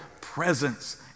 presence